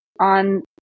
on